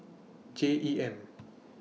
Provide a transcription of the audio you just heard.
J E M